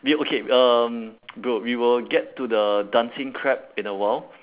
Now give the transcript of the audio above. we okay um bro we will get to the dancing crab in a while